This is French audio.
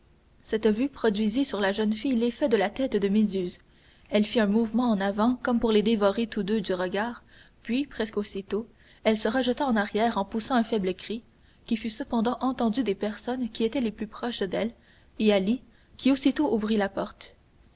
cette vue produisit sur la jeune fille l'effet de la tête de méduse elle fit un mouvement en avant comme pour les dévorer tous deux du regard puis presque aussitôt elle se rejeta en arrière en poussant un faible cri qui fut cependant entendu des personnes qui étaient les plus proches d'elle et d'ali qui aussitôt ouvrit la porte